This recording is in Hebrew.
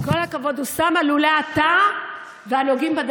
מה עשית לפריימריז שלו?